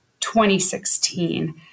2016